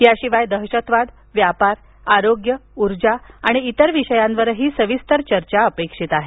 याशिवाय दहशतवाद व्यापार आरोग्य ऊर्जा आणि इतर विषयांवरही सविस्तर चर्चा अपेक्षित आहे